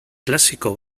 klasiko